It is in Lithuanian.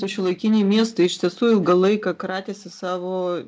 na šiuolaikiniai miestai iš tiesų ilgą laiką kratėsi savo